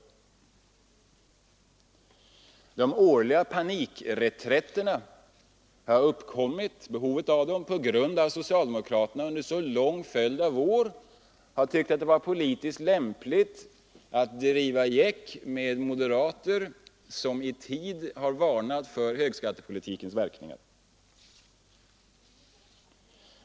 Behovet av dessa årliga panikreträtter har uppkommit på grund av att socialdemokraterna under en så lång följd av år har tyckt att det varit politiskt lämpligt att driva gäck med moderater som i tid har varnat för högskattepolitikens verkningar.